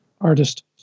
artist